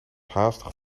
haastig